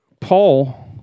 Paul